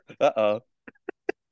Uh-oh